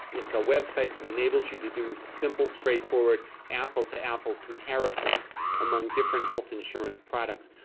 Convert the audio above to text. it's a website that enables you to do simple straightforward apple to apple comparisons among different health insurance products,